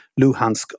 Luhansk